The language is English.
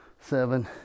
seven